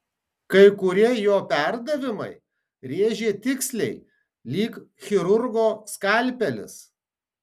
kai kurie jo perdavimai rėžė tiksliai lyg chirurgo skalpelis